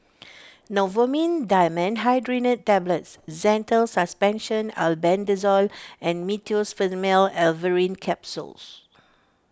Novomin Dimenhydrinate Tablets Zental Suspension Albendazole and Meteospasmyl Alverine Capsules